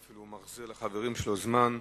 הוא אפילו מחזיר לחברים שלו זמן,